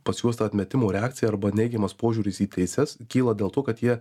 pas juos ta atmetimo reakcija arba neigiamas požiūris į teises kyla dėl to kad jie